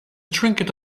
trinket